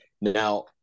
Now